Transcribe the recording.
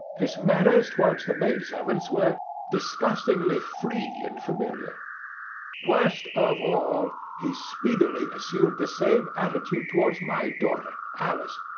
his manners towards the maid-servants were disgustingly free and familiar worst of all, he speedily assumed the same attitude towards my daughter, alice,